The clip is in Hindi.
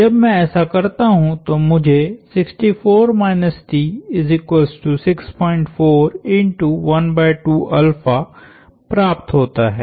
जब मैं ऐसा करता हूं तो मुझे प्राप्त होता है